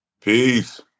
peace